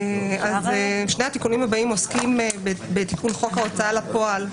שני התיקונים הבאים עוסקים בתיקון חוק ההוצאה לפועל.